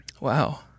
Wow